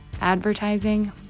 advertising